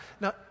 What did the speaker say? Now